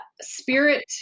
spirit